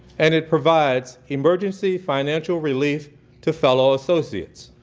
and it provides emergency financial relief to fellow associates.